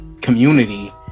community